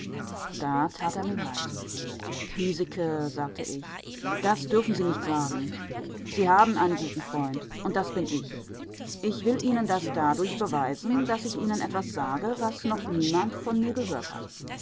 da tat er mir leid piesecke sagte ich das dürfen sie nicht sagen sie haben einen guten freund und das bin ich ich will ihnen das dadurch beweisen daß ich ihnen etwas sage was noch niemand von mir gehört hat